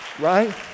Right